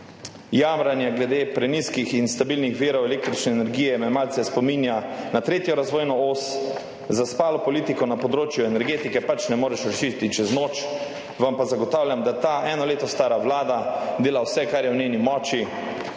Jamranje glede prenizkih in stabilnih virov električne energije me malce spominja na tretjo razvojno os. Zaspale politike na področju energetike pač ne moreš rešiti čez noč, vam pa zagotavljam, da ta eno leto stara vlada dela vse, kar je v njeni moči,